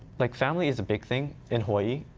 like family is a big thing, in hawai'i,